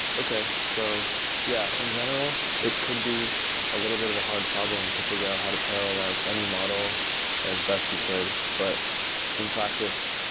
okay. so yeah, in general, it could be a little bit of a hard problem to figure out how to parallelize any model as best you could. but in practice,